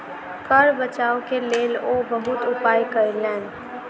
कर बचाव के लेल ओ बहुत उपाय कयलैन